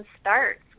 starts